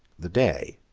the day,